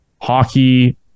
hockey